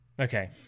Okay